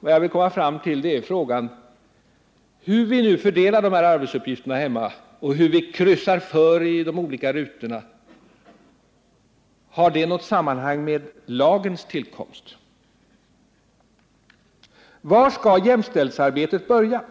Vad jag vill komma fram till är frågan: Hur vi nu fördelar de här arbetsuppgifterna hemma och hur vi kryssar för i de olika rutorna, har det något sammanhang med lagens tillkomst? Var skall jämställdhetsarbetet börja?